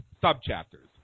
sub-chapters